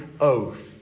oath